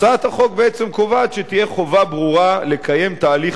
הצעת החוק בעצם קובעת שתהיה חובה ברורה לקיים תהליך